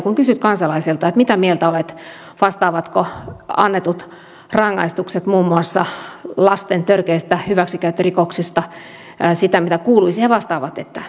kun kysyt kansalaiselta mitä mieltä olet että vastaavatko annetut rangaistukset muun muassa lasten törkeistä hyväksikäyttörikoksista sitä mitä kuuluisi he vastaavat että ei